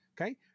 okay